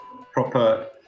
Proper